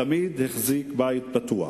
תמיד החזיק בית פתוח